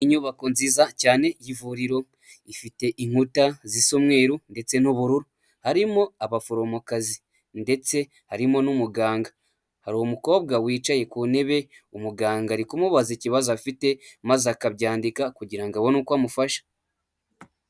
Inyubako nziza cyane y'ivuriro, ifite inkuta zisa umweru ndetse n'ubururu, harimo abaforomokazi, ndetse harimo n'umuganga, hari umukobwa wicaye ku ntebe, umuganga ari kumubaza ikibazo afite, maze akabyandika kugira abone uko amufasha.